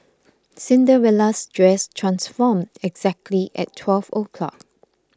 Cinderella's dress transformed exactly at twelve o'clock